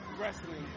wrestling